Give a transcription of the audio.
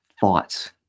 thoughts